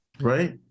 right